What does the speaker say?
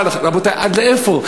אבל, רבותי, עד איפה?